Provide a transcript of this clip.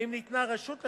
ואם ניתנה רשות לכך,